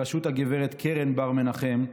בראשות גב' קרן בר-מנחם,